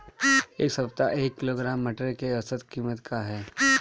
एक सप्ताह एक किलोग्राम मटर के औसत कीमत का ह?